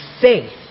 faith